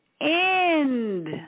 end